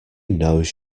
knows